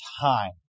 time